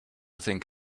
think